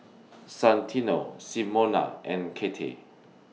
Santino Simona and Cathey